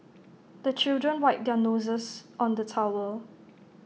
the children wipe their noses on the towel